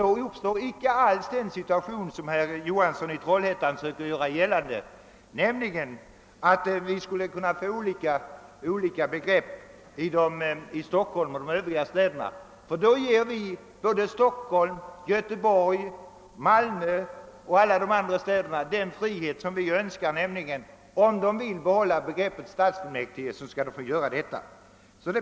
Då uppstår alls inte den situation som herr Johansson i Trollhättan sökt göra gällande, nämligen att vi skulle kunna få olika begrepp beträffande Stockholm och de övriga städerna. Då ger vi såväl Stockholm, Göteborg och Malmö som de övriga städerna den frihet de önskar; om de vill behålla begreppet stadsfullmäktige skall de också få göra detta.